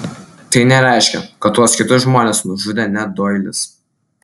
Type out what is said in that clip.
tai nereiškia kad tuos kitus žmones nužudė ne doilis